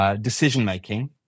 decision-making